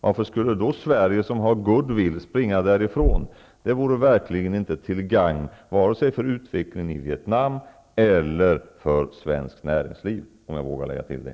Varför skulle då Sverige som har goodwill springa därifrån? Det vore verkligen inte till gagn vare sig för utvecklingen i Vietnam eller för svenskt näringsliv, om jag vågar lägga till det.